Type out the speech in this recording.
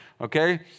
okay